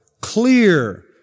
clear